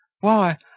Why